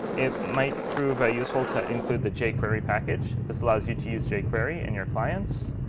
it might prove ah useful to include the jquery package. this allows you to use jquery in your clients.